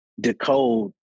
decode